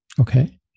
Okay